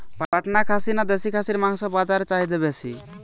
পাটনা খাসি না দেশী খাসির মাংস বাজারে চাহিদা বেশি?